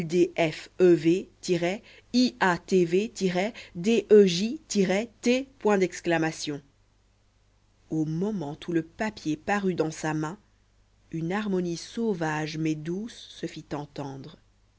f e v i a t v d e j t au moment où le papier parut dans sa main une harmonie sauvage mais douce se fit entendre